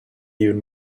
even